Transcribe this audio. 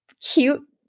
cute